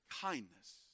kindness